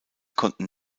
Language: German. konnten